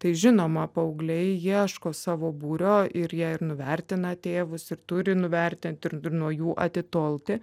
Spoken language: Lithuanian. tai žinoma paaugliai ieško savo būrio ir jie ir nuvertina tėvus ir turi nuvertinti ir ir nuo jų atitolti